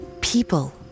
people